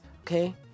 okay